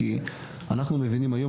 כי אנחנו מבינים היום,